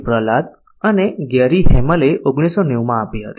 પ્રહલાદ અને Gary Hamel 1990 માં આપી હતી